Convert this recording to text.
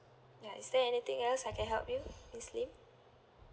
ya is there anything else I can help you miss lim